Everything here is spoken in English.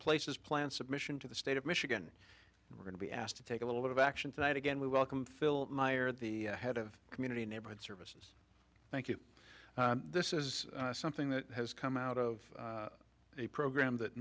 place as planned submission to the state of michigan and we're going to be asked to take a little bit of action tonight again we welcome phil meyer the head of community neighborhood service thank you this is something that has come out of a program that